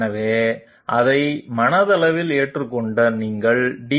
எனவே அதை மனதளவில் ஏற்றுக் கொண்ட நீங்கள் dR